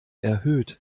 erhöht